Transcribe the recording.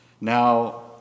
Now